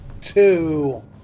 two